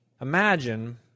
Imagine